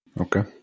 Okay